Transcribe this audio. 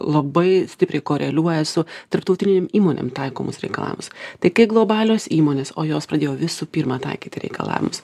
labai stipriai koreliuoja su tarptautinėm įmonėm taikomus reikalavimus tai kai globalios įmonės o jos pradėjo visų pirma taikyti reikalavimus